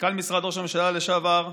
מנכ"ל משרד ראש הממשלה לשעבר,